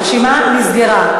הרשימה נסגרה.